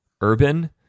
Urban